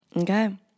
Okay